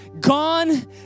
gone